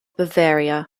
bavaria